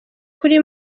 kuri